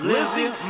Lizzie